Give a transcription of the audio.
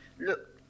look